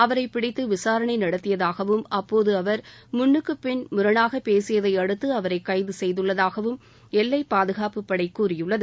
அவரை பிடித்து விசாரணை நடத்தியதாகவும் அப்போது அவர் முன்னுக்கு பின் முரணாக பேசியதை அடுத்து அவரை கைது செய்துள்ளதாக எல்லை பாதுகாப்பு படை கூறியுள்ளது